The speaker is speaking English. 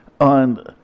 on